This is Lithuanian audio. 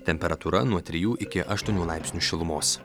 temperatūra nuo trijų iki aštuonių laipsnių šilumos